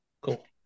Cool